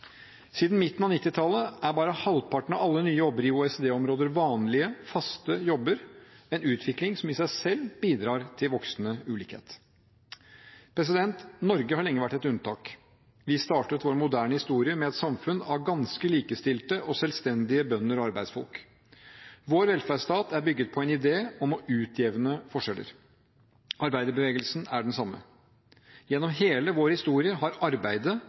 Siden midten av 1990-tallet er bare halvparten av alle nye jobber i OECD-området vanlige, faste jobber – en utvikling som i seg selv bidrar til voksende ulikhet. Norge har lenge vært et unntak. Vi startet vår moderne historie med et samfunn av ganske likestilte og selvstendige bønder og arbeidsfolk. Vår velferdsstat er bygget på en idé om å utjevne forskjeller. Arbeiderbevegelsen er den samme. Gjennom hele vår historie har